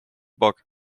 bock